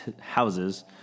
houses